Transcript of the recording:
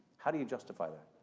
how do you justify that?